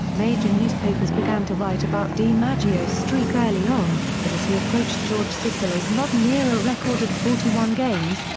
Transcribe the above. major newspapers began to write about dimaggio's streak early on, but as he approached george sisler's modern era record of forty one games,